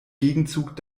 gegenzug